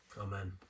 amen